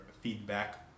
feedback